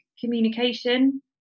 communication